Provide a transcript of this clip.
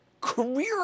career